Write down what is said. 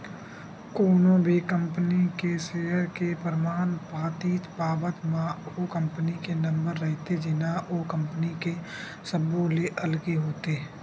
कोनो भी कंपनी के सेयर के परमान पातीच पावत म ओ कंपनी के नंबर रहिथे जेनहा ओ कंपनी के सब्बो ले अलगे होथे